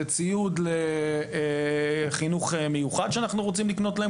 זה ציוד לחינוך מיוחד שאנחנו רוצים לקנות להם